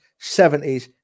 70s